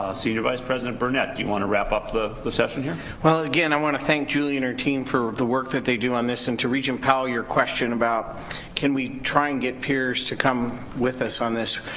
senior vice president burnett, do you wanna wrap up the the session here. well again i wanna thank julie and her team for the work that they do on this. and to regent powell, your question about can we try and get peers to come with us on this,